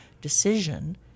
decision